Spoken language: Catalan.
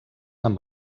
amb